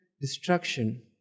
destruction